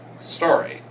story